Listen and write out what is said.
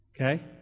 Okay